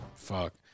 Fuck